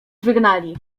wygnali